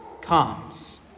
comes